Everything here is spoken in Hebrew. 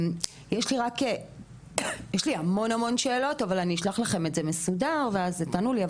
יש לי המון שאלות אבל אני אשלח לכם את זה מסודר ואז תענו לי.